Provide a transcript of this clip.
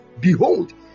Behold